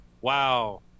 wow